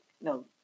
no